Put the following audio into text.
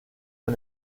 and